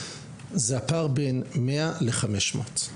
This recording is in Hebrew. זה הפער בין 100 ל-500,